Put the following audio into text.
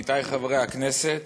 עמיתי חברי הכנסת,